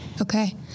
Okay